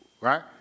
right